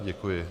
Děkuji.